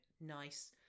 nice